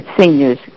seniors